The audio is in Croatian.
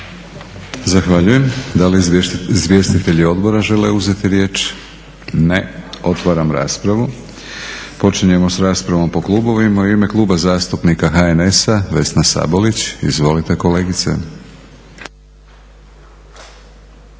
Zahvaljujem. Da li izvjestitelji odbora žele uzeti riječ? Ne. Otvaram raspravu. Počinjemo s raspravom po klubovima. U ime Kluba zastupnika HNS-a Vesna Sabolić. Izvolite kolegice.